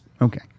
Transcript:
Okay